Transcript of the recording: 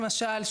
למשל,